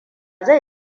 zai